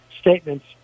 statements